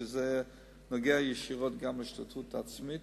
שזה נוגע ישירות גם להשתתפות העצמית,